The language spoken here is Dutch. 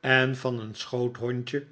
en van een schoothondje